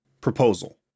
Proposal